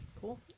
cool